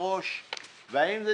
יושבי-ראש והאם זה